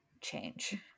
change